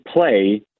play